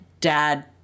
dad